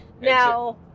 now